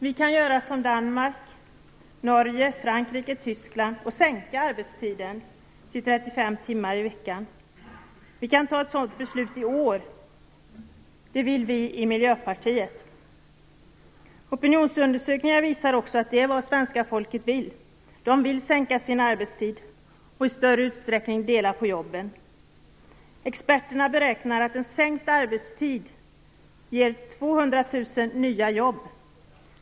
Vi kan göra som man har gjort i Danmark, Norge, Frankrike och Tyskland, dvs. sänka arbetstiden till 35 timmar i veckan. Vi kan fatta ett sådant beslut i år. Det vill vi i Miljöpartiet göra. Opinionsundersökningarna visar också att de flesta vill sänka sin arbetstid och i större utsträckning dela på jobben. Experterna beräknar att en sänkt arbetstid ger 200 000 nya jobb.